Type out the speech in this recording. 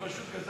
אני פשוט גזלתי,